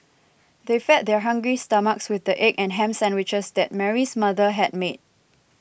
they fed their hungry stomachs with the egg and ham sandwiches that Mary's mother had made